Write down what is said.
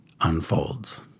unfolds